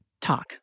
talk